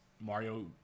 Mario